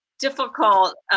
difficult